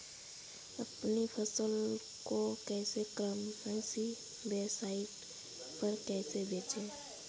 अपनी फसल को ई कॉमर्स वेबसाइट पर कैसे बेचें?